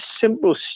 simple